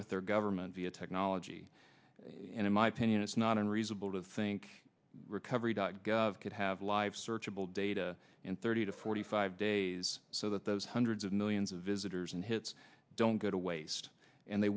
with their government via technology and in my opinion it's not unreasonable to think recovery dot could have life searchable data in thirty to forty five days so that those hundreds of millions of visitors and hits don't go to waste and they